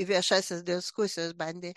viešąsias diskusijas bandė